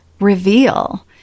reveal